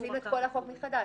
מציעים את כל החוק מחדש